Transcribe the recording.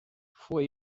fue